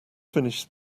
finished